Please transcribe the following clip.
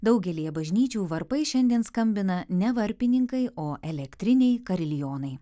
daugelyje bažnyčių varpais šiandien skambina ne varpininkai o elektriniai kariljonai